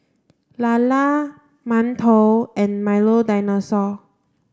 Lala Mantou and Milo Dinosaur